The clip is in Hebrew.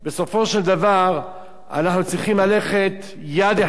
בסופו של דבר אנחנו צריכים ללכת יד אחת